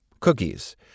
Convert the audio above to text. cookies